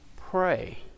pray